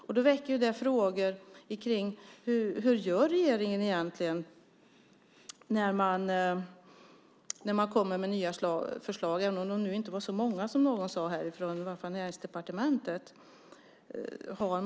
Det här väcker frågor om hur regeringen egentligen gör när regeringen lägger fram nya förslag - även om de inte var så många som någon från Näringsdepartementet sade.